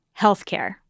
healthcare